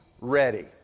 ready